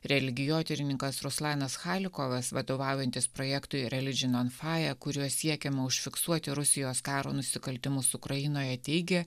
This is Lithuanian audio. religijotyrininkas ruslanas chalikovas vadovaujantis projektui realidžinonfaje kuriuo siekiama užfiksuoti rusijos karo nusikaltimus ukrainoje teigė